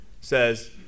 says